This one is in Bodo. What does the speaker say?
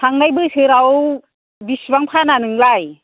थांनाय बोसोराव बिसिबां फाना नोंलाय